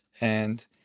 and-